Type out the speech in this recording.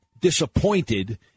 disappointed